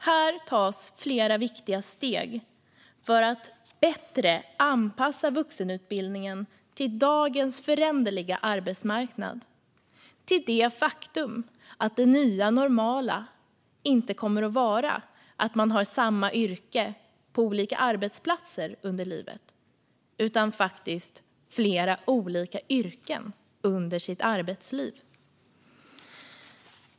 Här tas flera viktiga steg för att bättre anpassa vuxenutbildningen till dagens föränderliga arbetsmarknad och till det faktum att det nya normala inte kommer att vara att man har samma yrke på olika arbetsplatser under arbetslivet utan faktiskt flera olika yrken under sitt arbetsliv.